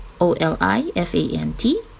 O-L-I-F-A-N-T